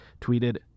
tweeted